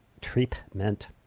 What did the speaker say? treatment